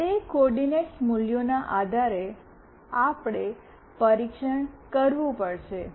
તે કોઓર્ડિનેટ્સ મૂલ્યોના આધારે આપણે પરીક્ષણ કરવું પડશે